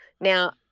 now